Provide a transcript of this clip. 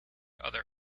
other